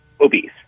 obese